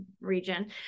region